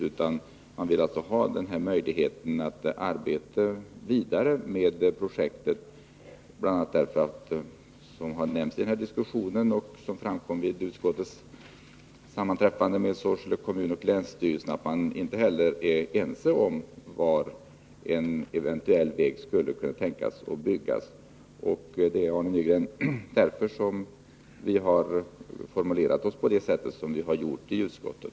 Däremot har lokala intressen velat ha en möjlighet att arbeta vidare på projektet, bl.a. av det skäl som har framkommit vid den här diskussionen och som framfördes också vid utskottets sammanträffande med representanter för Sorsele kommun och länsstyrelsen. Därför har vi, Arne Nygren, valt denna formulering i betänkandet.